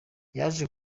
yaje